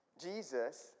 Jesus